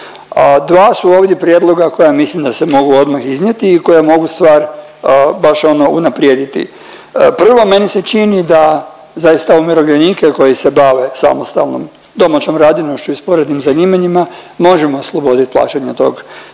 Dva su ovdje prijedloga koja mislim da se mogu odmah iznijeti i koja mogu stvar baš ono unaprijediti. Prvo meni se čini da zaista umirovljenike koji se bave samostalnom domaćom radinošću i sporednim zanimanjima možemo osloboditi plaćanja tog